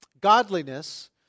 Godliness